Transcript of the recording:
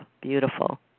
Beautiful